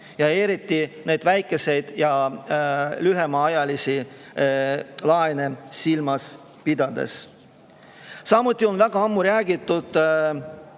eriti väikeseid ja lühemaajalisi laene silmas pidades. Samuti on väga ammu räägitud